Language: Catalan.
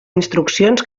instruccions